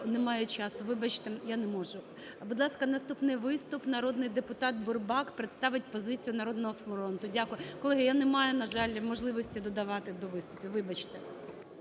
Немає часу, вибачте, я не можу. Будь ласка, наступний виступ, народний депутат Бурбак, представить позицію "Народного фронту". Дякую. Колеги, я не маю, на жаль, можливості додавати до виступів. Вибачте.